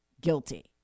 guilty